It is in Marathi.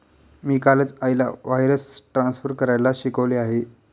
मी कालच आईला वायर्स ट्रान्सफर करायला शिकवले आहे